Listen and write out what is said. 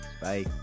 Bye